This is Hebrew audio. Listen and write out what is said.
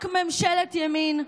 רק ממשלת ימין.